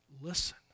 listen